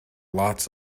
lots